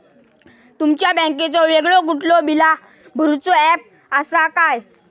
तुमच्या बँकेचो वेगळो कुठलो बिला भरूचो ऍप असा काय?